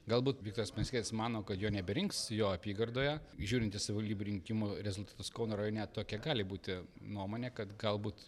galbūt viktoras pranckietis mano kad jo neberinks jo apygardoje žiūrint į savivaldybių rinkimų rezultatus kauno rajone tokia gali būti nuomonė kad galbūt